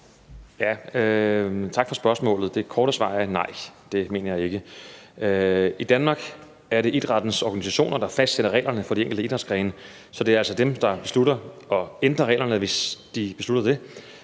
Tak for spørgsmålet. Det korte svar er et nej; det mener jeg ikke. I Danmark er det idrættens organisationer, der fastsætter reglerne for de enkelte idrætsgrene, så det er altså dem, der beslutter at ændre reglerne – hvis de beslutter det